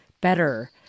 better